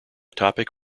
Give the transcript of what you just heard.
topic